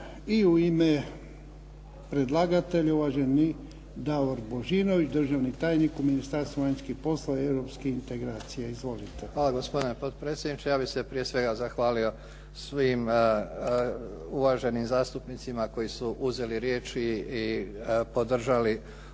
I u ime predlagatelja, Davor Božinović državni tajnik u Ministarstvu vanjskih poslova i europskih integracija. Izvolite. **Božinović, Davor** Hvala gospodine potpredsjedniče. Ja bih se prije svega zahvalio svim uvaženim zastupnicima koji su uzeli riječ i podržali ovu